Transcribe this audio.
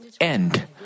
end